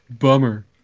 Bummer